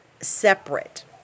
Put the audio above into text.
separate